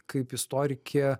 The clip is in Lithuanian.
kaip istorikė